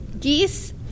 geese